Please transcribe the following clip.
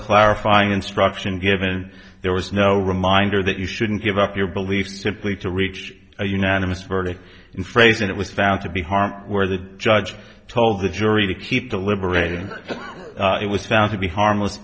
clarifying instruction given there was no reminder that you shouldn't give up your belief simply to reach a unanimous verdict in phrasing it was found to be harmful where the judge told the jury to keep deliberating it was found to be harmless